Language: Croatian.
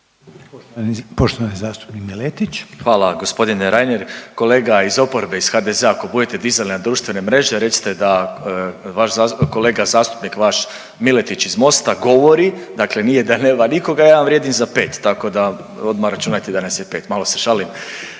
**Miletić, Marin (MOST)** Hvala gospodine Reiner. Kolega iz oporbe iz HDZ-a ako budete dizali na društvene mreže recite da vaš, kolega zastupnik vaš Miletić iz MOST-a govori, dakle nije da nema nikoga ja vam vrijedim za 5 tako da odmah računajte da nas je 5, malo se šalim,